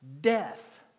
death